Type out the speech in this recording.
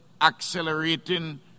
accelerating